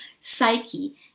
psyche